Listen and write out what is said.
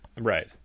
Right